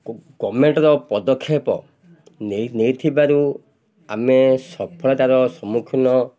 ଗଭର୍ଣ୍ଣମେଣ୍ଟର ପଦକ୍ଷେପ ନେଇ ନେଇଥିବାରୁ ଆମେ ସଫଳତାର ସମ୍ମୁଖୀନ